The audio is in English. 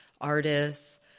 artists